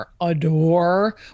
adore